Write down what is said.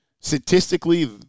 statistically